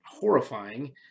horrifying